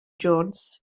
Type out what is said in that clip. jones